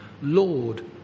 Lord